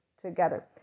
together